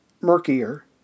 murkier